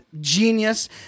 genius